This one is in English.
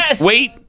wait